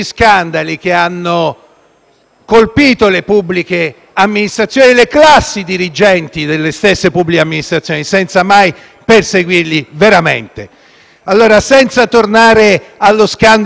colpito le pubbliche amministrazioni e le classi dirigenti delle stesse pubbliche amministrazioni, senza che siano stati mai perseguiti veramente. Senza allora voler tornare allo scandalo della Banca romana,